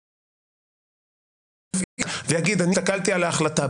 שיקול דעת ויגיד אני הסתכלתי על ההחלטה,